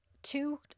two